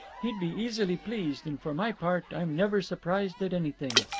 he'd be easily pleased, and for my part i'm never surprised at anything.